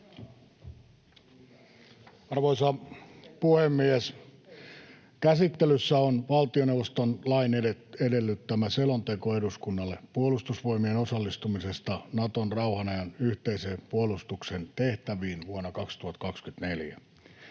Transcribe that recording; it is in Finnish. tehtäviin vuonna 2024 Time: 15:24 Content: Arvoisa puhemies! Käsittelyssä on valtioneuvoston lain edellyttämä selonteko eduskunnalle Puolustusvoimien osallistumisesta Naton rauhanajan yhteisen puolustuksen tehtäviin vuonna 2024.